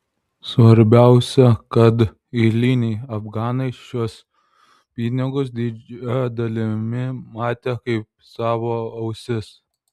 svarbiausia kad eiliniai afganai šiuos pinigus didžia dalimi matė kaip savo ausis